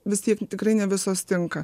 vis tiek tikrai ne visos tinka